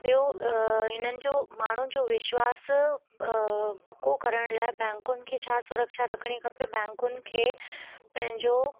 ॿियो हिननि जो माण्हुनि जो विश्वास पको करण लाइ बैंकुनि खे छा सुरक्षा रखणी खपे बैंकुनि खे पंहिंजो